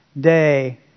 day